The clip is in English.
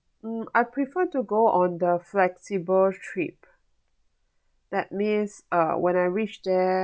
mm I prefer to go on the flexible trip that means uh when I reach there